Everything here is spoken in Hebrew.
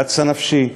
קצה נפשי,